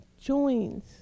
joins